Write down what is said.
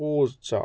പൂച്ച